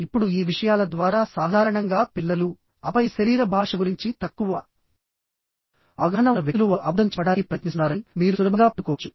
ఇప్పుడు ఈ విషయాల ద్వారా సాధారణంగా పిల్లలు ఆపై శరీర భాష గురించి తక్కువ అవగాహన ఉన్న వ్యక్తులు వారు అబద్ధం చెప్పడానికి ప్రయత్నిస్తున్నారని మీరు సులభంగా పట్టుకోవచ్చు